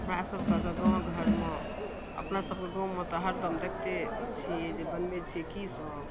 हमरा सभके तऽ गामघरमे अपना सभके गाममे तऽ हरदम देखते छिए जे बनबै छिए कि सब